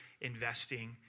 investing